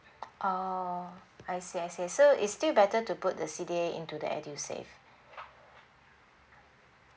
oh I see I see so it's still better to put the C_D_A into the edusave